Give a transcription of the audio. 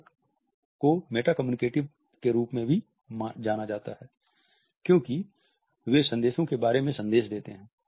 चित्रक को meta communicative के रूप में जाना जाता है क्योंकि वे संदेशों के बारे में संदेश देते हैं